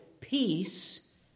peace